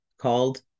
called